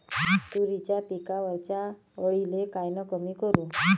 तुरीच्या पिकावरच्या अळीले कायनं कमी करू?